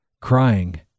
crying